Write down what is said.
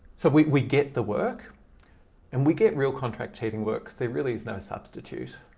so we we get the work and we get real contract cheating work. there really is no substitute.